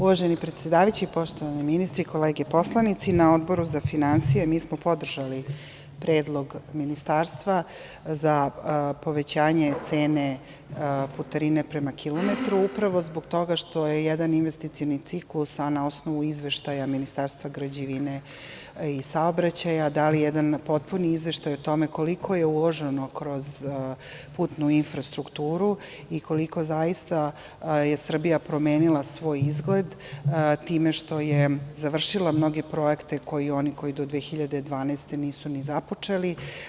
Uvaženi predsedavajući, poštovani ministri, kolege poslanici, na Odboru za finansije mi smo podržali predlog Ministarstva za povećanje cene putarine prema kilometru, upravo zbog toga što je jedan investicioni ciklus, a na osnovu izveštaja Ministarstva građevine i saobraćaja, dali jedan na potpuni izveštaj o tome koliko je uloženo kroz putnu infrastrukturu i koliko zaista je Srbija promenila svoj izgleda time što je završila mnoge projekte koje oni do 2012. godine nisu ni započeli.